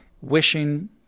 wishing